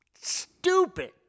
stupid